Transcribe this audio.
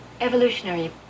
evolutionary